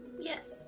Yes